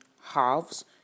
halves